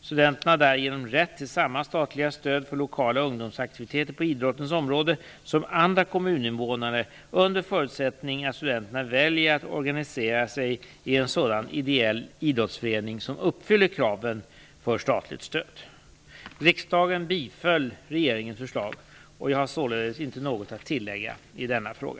Studenterna har därigenom rätt till samma statliga stöd för lokala ungdomsaktiviteter på idrottens område som andra kommuninnevånare under förutsättning att studenterna väljer att organisera sig i en sådan ideell idrottsförening som uppfyller kraven för statligt stöd. Riksdagen biföll regeringens förslag. Jag har således inte något att tillägga i denna fråga.